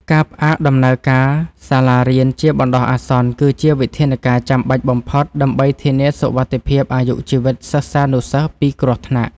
ការផ្អាកដំណើរការសាលារៀនជាបណ្តោះអាសន្ន គឺជាវិធានការចាំបាច់បំផុត ដើម្បីធានាសុវត្ថិភាពអាយុជីវិតសិស្សានុសិស្សពីគ្រោះថ្នាក់។